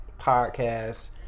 podcast